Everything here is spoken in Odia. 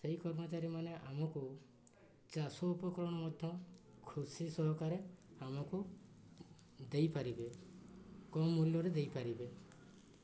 ସେହି କର୍ମଚାରୀମାନେ ଆମକୁ ଚାଷ ଉପକରଣ ମଧ୍ୟ ଖୁସି ସହକାରେ ଆମକୁ ଦେଇପାରିବେ କମ ମୂଲ୍ୟରେ ଦେଇପାରିବେ